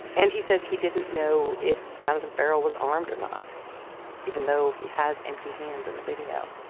and he says he didn't know if jonathan ferrell was armed or not even though he has empty hands in the video